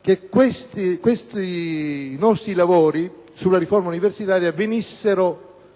che questi nostri lavori sulla riforma universitaria venissero rinviati